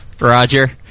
Roger